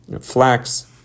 flax